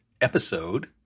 episode